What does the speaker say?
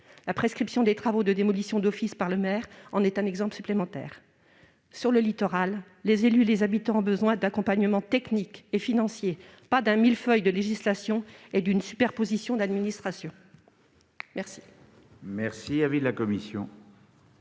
La prescription des travaux de démolition d'office par le maire en est un exemple supplémentaire. Les élus et habitants des littoraux ont besoin d'accompagnement technique et financier, pas d'un millefeuille de législation et d'une superposition d'administrations.